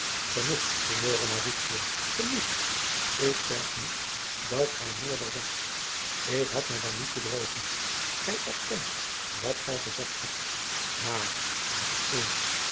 mauritio genoeg ik verg niet dat gij meerder zegt ik had mij dan niet bedrogen gij erkent wat gij gezegd hebt maar met één